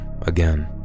again